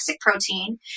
protein